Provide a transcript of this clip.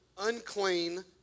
unclean